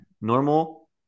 normal